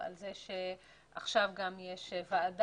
אם האשה הערבייה סובלת מאפליה כפולה גם כן בתור ערביה,